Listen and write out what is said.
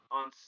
on